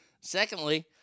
Secondly